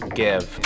give